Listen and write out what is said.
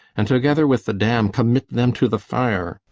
and together with the dam, commit them to the fire.